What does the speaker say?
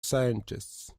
scientists